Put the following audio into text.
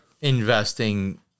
investing